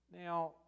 Now